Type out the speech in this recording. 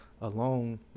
alone